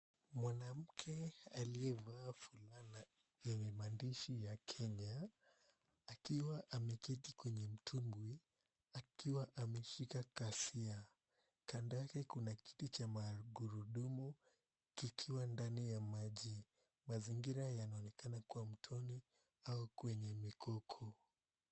Mwanamke aliyevaa fulana yenye maandishi ya Kenya akiwa ameketi kwenye mtumbwi, akiwa ameshika kasia, kando yake kuna kiti cha magurudumu kikiwa ndani ya maji, mazingira yanaonekana kuwa mtoni au kwenye mikoko.